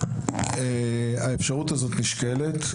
האפשרות הזאת נשקלת.